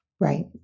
Right